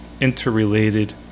interrelated